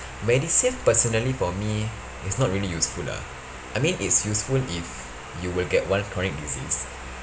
medisave personally for me it's not really useful lah I mean it's useful if you will get one chronic disease